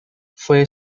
fue